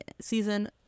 season